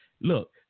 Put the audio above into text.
Look